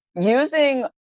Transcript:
using